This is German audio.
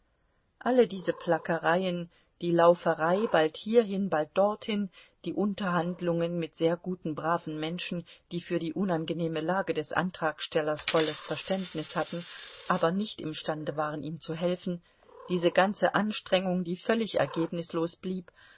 alle diese plackereien die lauferei bald hierhin bald dorthin die unterhandlungen mit sehr guten braven menschen die für die unangenehme lage des antragstellers volles verständnis hatten aber nicht imstande waren ihm zu helfen diese ganze anstrengung die völlig ergebnislos blieb